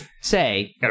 say